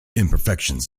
imperfections